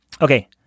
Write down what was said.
Okay